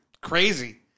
crazy